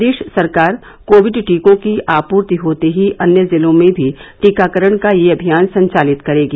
प्रदेश सरकार कोविड टीकों की आपूर्ति होते ही अन्य जिलों में भी टीकाकरण का यह अभियान संचालित करेगी